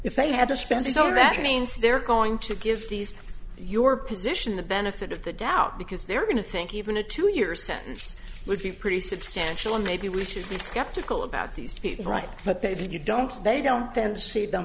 if they had to spend it all back again so they're going to give these your position the benefit of the doubt because they're going to think even a two year sentence would be pretty substantial and maybe we should be skeptical about these people right but they believe you don't they don't then see the